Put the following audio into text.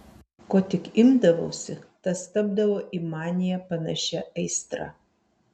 ko tik imdavausi tas tapdavo į maniją panašia aistra